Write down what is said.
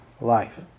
life